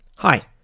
Hi